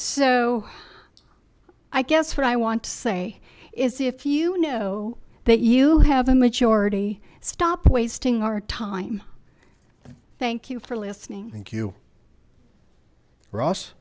so i guess what i want to say is if you know that you have a majority stop wasting our time thank you for listening thank you ros